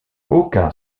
aucun